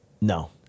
No